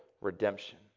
redemption